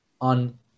On